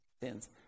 sins